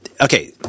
okay